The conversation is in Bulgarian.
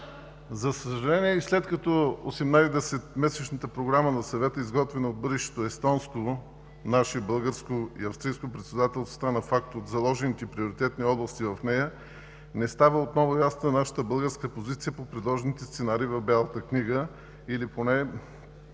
За съжаление и след като 18-месечната програма на Съвета, изготвена от бъдещото естонско, наше българско и австрийско председателства, стана факт от заложените приоритетни области в нея, не става отново ясно нашата българска позиция по предложените сценарии в Бялата книга или поне